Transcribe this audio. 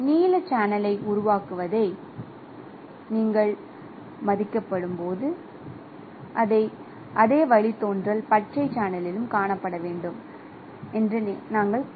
நீல சேனலை உருவாக்குவதை நீங்கள் மதிப்பிடும்போது அதே வழித்தோன்றல் பச்சை சேனலிலும் காணப்பட வேண்டும் என்று நாங்கள் மதிப்பிடுகிறோம்